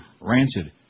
Rancid